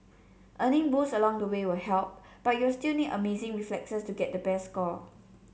earning boosts along the way will help but you'll still need amazing reflexes to get the best score